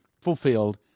fulfilled